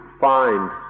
find